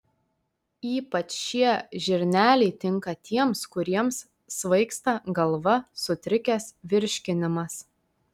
ypač šie žirneliai tinka tiems kuriems svaigsta galva sutrikęs virškinimas